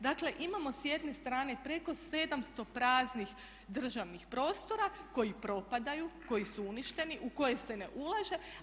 Dakle imamo s jedne strane preko 700 praznih državnih prostora koji propadaju, koji su uništeni, u koje se ne ulaže.